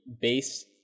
base